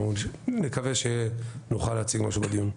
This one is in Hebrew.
נקווה שנוכל להציג משהו בדיון.